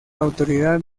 autoridad